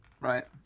Right